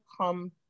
come